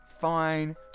fine